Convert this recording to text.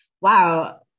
wow